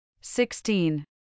Sixteen